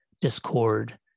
discord